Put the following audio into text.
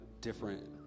different